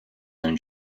own